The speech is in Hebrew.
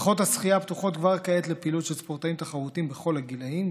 בריכות השחייה פתוחות כבר כעת לפעילות של ספורטאים תחרותיים בכל הגילים,